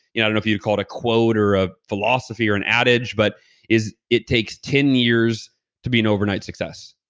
yeah don't know if you'd call it a quote or a philosophy or an adage, but it takes ten years to be an overnight success.